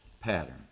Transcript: pattern